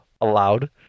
allowed